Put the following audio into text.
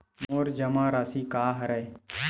मोर जमा राशि का हरय?